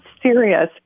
serious